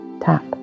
tap